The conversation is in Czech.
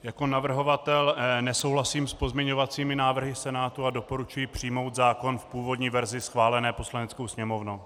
Jako navrhovatel nesouhlasím s pozměňovacími návrhy Senátu a doporučuji přijmout zákon v původní verzi schválené Poslaneckou sněmovnou.